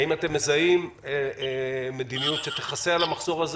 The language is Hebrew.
האם אתם מזהים מדיניות שתכסה על המחסור הזה